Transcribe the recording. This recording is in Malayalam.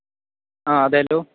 അ അതേലൊ